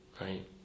right